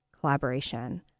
collaboration